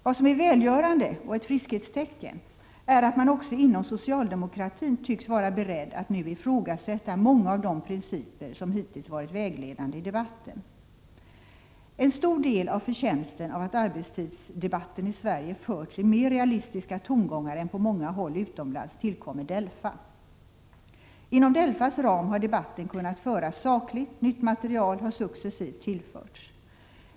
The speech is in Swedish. Vad som är välgörande och ett friskhetstecken är att man också inom socialdemokratin tycks vara beredd att nu ifrågasätta många av de principer som hittills varit vägledande i debatten. En stor del av förtjänsten av att arbetstidsdebatten i Sverige förts i mer realistiska tongångar än på många håll utomlands tillkommer DELFA. Inom DELFA:s ram har debatten kunnat föras sakligt, och nytt material har successivt tillförts.